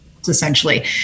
essentially